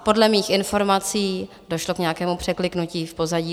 Podle mých informací došlo k nějakému překliknutí v pozadí.